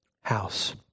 house